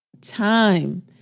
time